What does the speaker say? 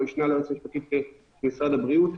המשנה ליועץ המשפטי של משרד הבריאות.